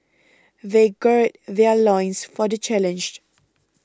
they gird their loins for the challenge